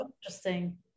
Interesting